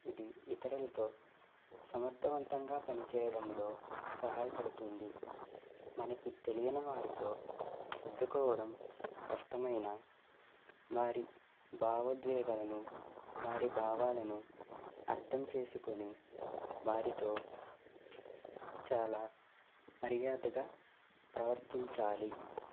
ఇది ఇతరులతో సమర్థవంతంగా పనిచేయడంలో సహాయపడుతుంది మనకి తెలియని వారితో సర్దుకోవడం కష్టం అయినా వారి భావోద్వేగాలను వారి భావాలను అర్థం చేసుకుని వారితో చాలా మర్యాదగా ప్రవర్తించాలి